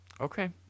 okay